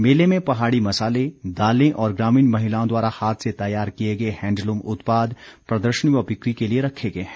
मेले में पहाड़ी मसाले दालें और ग्रामीण महिलाओं द्वारा हाथ से तैयार किए गए हैंडलूम उत्पाद प्रदर्शनी व बिक्री के लिए रखे गए हैं